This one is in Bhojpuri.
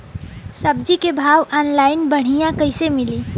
सब्जी के भाव ऑनलाइन बढ़ियां कइसे मिली?